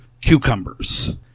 cucumbers